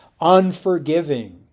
unforgiving